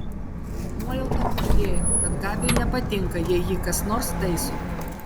nuojauta kuždėjo kad gabiui nepatinka jei jį kas nors taiso